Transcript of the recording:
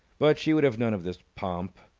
but she would have none of this pomp.